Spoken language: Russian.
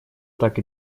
так